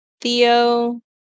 Theo